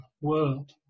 world